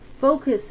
focus